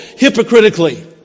hypocritically